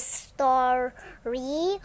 story